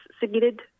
submitted